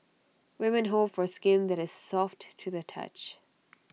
women hope for skin that is soft to the touch